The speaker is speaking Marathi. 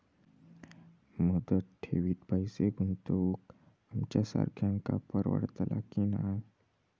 मुदत ठेवीत पैसे गुंतवक आमच्यासारख्यांका परवडतला की नाय?